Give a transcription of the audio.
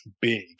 big